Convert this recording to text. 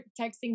texting